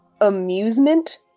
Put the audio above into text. amusement